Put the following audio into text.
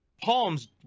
palms